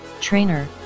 Trainer